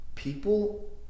People